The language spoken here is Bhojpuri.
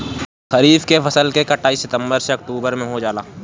खरीफ के फसल के कटाई सितंबर से ओक्टुबर में हो जाला